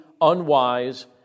unwise